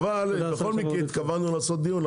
אבל בכל מקרה התכוונו לעשות דיון,